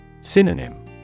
Synonym